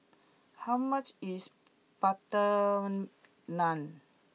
how much is Butter Naan